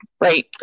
right